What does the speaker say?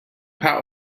paar